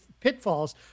pitfalls